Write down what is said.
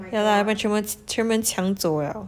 yeah lah 全部人全部人抢走了